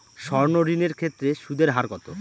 সর্ণ ঋণ এর ক্ষেত্রে সুদ এর হার কত?